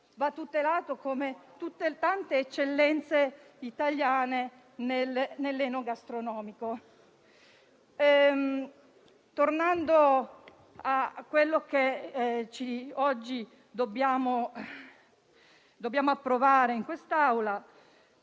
va tutelato come tante eccellenze italiane del settore enogastronomico. Tornando a quello che oggi dobbiamo approvare in quest'Aula,